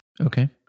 okay